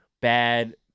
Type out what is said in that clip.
bad